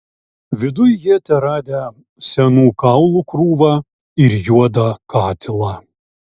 viduj jie teradę senų kaulų krūvą ir juodą katilą